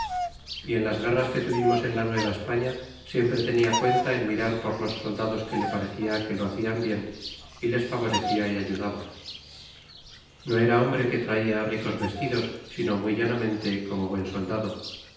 y en las guerras que tuvimos en la nueva españa siempre tenia cuenta en mirar por los soldados que le parecia que lo hacho bien y les favorecia y ayudaba no era hombre que traia ricos vestidos sino muy llanamente como buen soldado